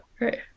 Right